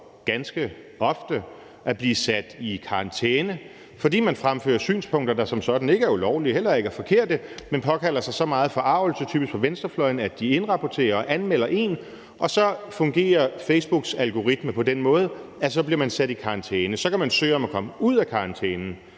ganske ofte at blive sat i karantæne, fordi man fremfører synspunkter, der som sådan ikke er ulovlige, heller ikke er forkerte, men som påkalder sig så meget forargelse, typisk fra venstrefløjen, at de indrapporterer og anmelder en, og så fungerer Facebooks algoritme på den måde, at så bliver man sat i karantæne. Så kan man søge om at komme ud af karantænen,